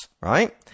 right